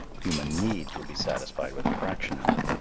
human needs would be satisfied with a fraction of it.